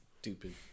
stupid